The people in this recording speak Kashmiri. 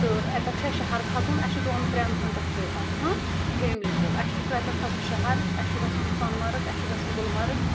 تہٕ اَتہِ پٮ۪ٹھ چھُ اَسہِ شَہَر کَھژُن اَسہِ چھِ دۄن ترٛین دۄہَن پٮ۪ٹھ ٹرِپَن فیملی ٹرٛپ اسہِ چھُ تَتہِ پٮ۪ٹھ کَھژُن شَہَر اسۍ چھُ گَژُھن سۄنمَرٕگ اَسۍ چھُ گَژُھن گُلمَرٕگ